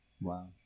Wow